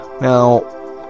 now